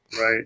Right